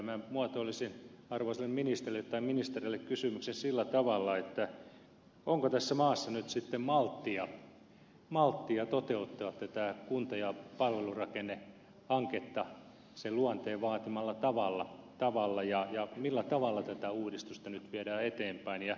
minä muotoilisin arvoisalle ministerille tai ministereille kysymyksen sillä tavalla että onko tässä maassa nyt sitten malttia toteuttaa tätä kunta ja palvelurakennehanketta sen luonteen vaatimalla tavalla ja millä tavalla tätä uudistusta nyt viedään eteenpäin